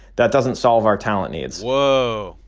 that doesn't solve our talent needs whoa.